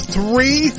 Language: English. Three